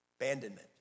abandonment